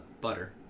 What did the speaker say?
butter